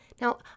Now